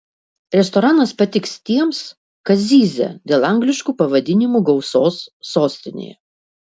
restoranas patiks tiems kas zyzia dėl angliškų pavadinimų gausos sostinėje